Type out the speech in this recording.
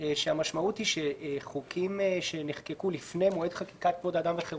והמשמעות היא שחוקים שנחקקו לפני מועד חקיקת כבוד האדם וחירותו,